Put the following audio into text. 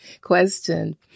question